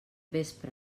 vespre